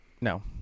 No